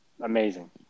Amazing